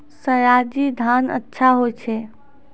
सयाजी धान अच्छा होय छै?